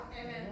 Amen